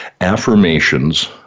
affirmations